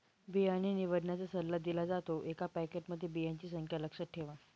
बियाणे निवडण्याचा सल्ला दिला जातो, एका पॅकेटमध्ये बियांची संख्या लक्षात ठेवा